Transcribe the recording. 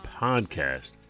podcast